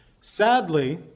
Sadly